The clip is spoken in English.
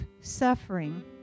suffering